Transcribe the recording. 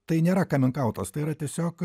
tai nėra kamink autas tai yra tiesiog